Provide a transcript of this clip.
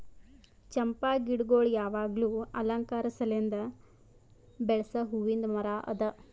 ಚಂಪಾ ಗಿಡಗೊಳ್ ಯಾವಾಗ್ಲೂ ಅಲಂಕಾರ ಸಲೆಂದ್ ಬೆಳಸ್ ಹೂವಿಂದ್ ಮರ ಅದಾ